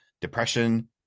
depression